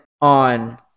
on